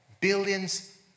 billions